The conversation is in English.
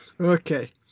Okay